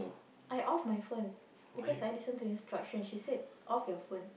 I off my phone because I listen to instruction she said off your phone